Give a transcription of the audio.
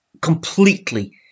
completely